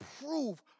prove